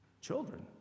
Children